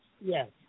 yes